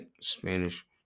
Spanish